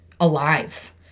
alive